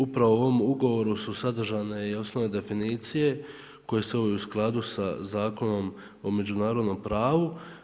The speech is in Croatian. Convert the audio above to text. Upravo u ovom ugovoru su sadržane i osnovne definicije koje su u skladu sa Zakonom o međunarodnom pravu.